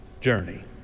journey